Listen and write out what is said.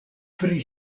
pri